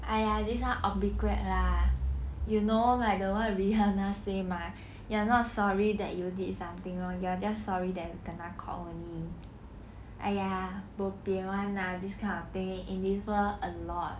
!aiya! this one or bi good lah you know like the what rihanna say mah you're not sorry that you did something wrong you are just sorry that you kena caught only !aiya! bo pian [one] lah this kind of thing in this world a lot